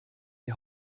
die